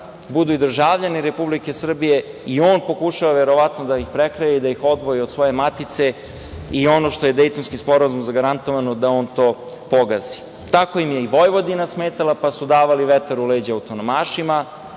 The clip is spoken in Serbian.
budu i državljani Republike Srbije i on pokušava, verovatno da ih odvoji od svoje matice, i ono što je Dejtonski sporazumom zagarantovano, da on to pogazi. Tako im je i Vojvodina smetala, pa su davali vetar u leđa autonomašima.